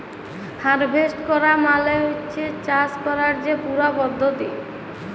harvest ক্যরা মালে হছে চাষ ক্যরার যে পুরা পদ্ধতি